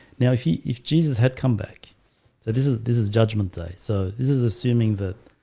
now he if jesus had come back. so this is this is judgment day. so this is assuming that